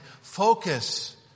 Focus